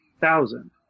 thousand